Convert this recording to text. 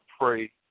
pray